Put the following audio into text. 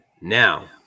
Now